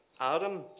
Adam